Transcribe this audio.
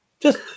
Just-